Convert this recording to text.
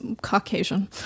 Caucasian